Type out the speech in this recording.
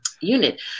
unit